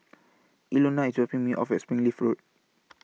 Ilona IS dropping Me off At Springleaf Road